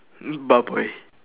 meat